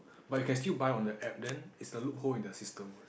but you can still buy on the app then it's the loophole in their system eh